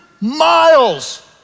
miles